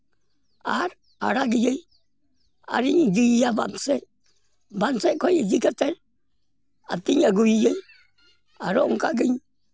ᱟᱨ ᱟᱲᱟᱜᱤᱭᱟᱹᱧ ᱟᱨᱤᱧ ᱤᱫᱤᱭᱮᱭᱟ ᱵᱟᱸᱫᱽ ᱥᱮᱡ ᱵᱟᱸᱫᱽ ᱥᱮᱡ ᱠᱷᱚᱡ ᱤᱫᱤ ᱠᱟᱛᱮ ᱟᱹᱛᱤᱧ ᱟᱹᱜᱩᱭᱤᱭᱟᱹᱧ ᱟᱨᱚ ᱚᱱᱠᱟ ᱜᱮᱧ